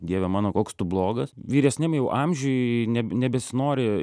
dieve mano koks blogas vyresniam jau amžiuj neb nebesinori